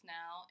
now